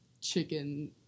chicken